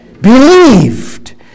Believed